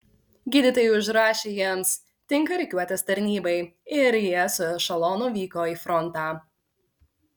gydytojai užrašė jiems tinka rikiuotės tarnybai ir jie su ešelonu vyko į frontą